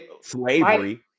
slavery